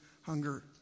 hunger